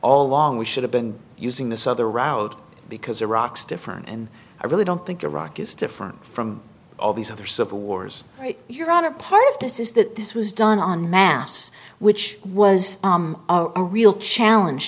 all along we should have been using this other route because iraq's different and i really don't think iraq is different from all these other civil wars you're on a part of this is that this was done on mass which was a real challenge